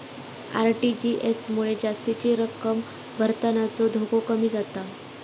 RTGS मुळे जास्तीची रक्कम भरतानाचो धोको कमी जाता